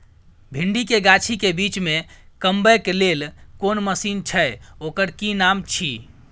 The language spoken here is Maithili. भिंडी के गाछी के बीच में कमबै के लेल कोन मसीन छै ओकर कि नाम छी?